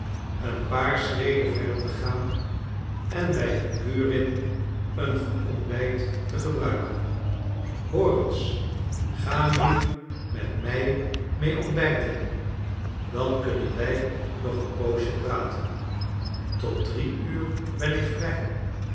een paar schreden verder te gaan en bij gurin een goed ontbijt te gebruiken hoor eens ga nu met mij mee ontbijten dan kunnen wij nog een poosje praten tot drie uur ben ik vrij